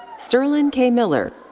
sterlin k. miller.